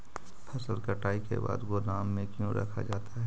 फसल कटाई के बाद गोदाम में क्यों रखा जाता है?